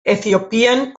ethiopian